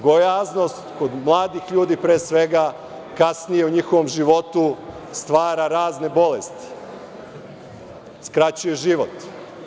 Gojaznost kod mladih ljudi, pre svega, kasnije u njihovom životu stvara razne bolesti, skraćuje život.